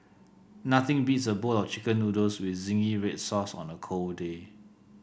nothing beats a bowl of chicken noodles with zingy red sauce on a cold day